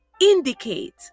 indicate